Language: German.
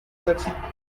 setzen